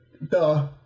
Duh